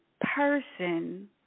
person